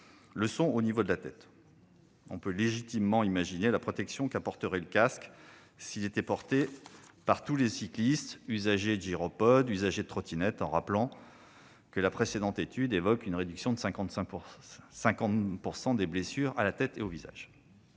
blessés au niveau de la tête. On peut légitimement imaginer la protection qu'apporterait le casque s'il était porté par tous les cyclistes, usagers de gyropodes et usagers de trottinettes, en rappelant que la précédente étude évoque une réduction de 50 % des blessures à la tête et au visage.